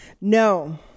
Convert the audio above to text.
no